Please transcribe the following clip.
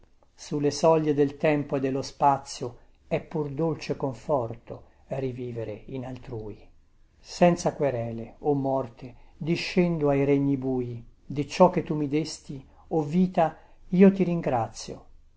sulle soglie del tempo e dello spazio è pur dolce conforto rivivere in altrui senza querele o morte discendo ai regni bui di ciò che tu mi desti o vita io ti ringrazio